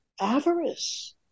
avarice